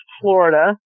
Florida